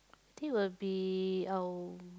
think will be uh